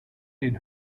den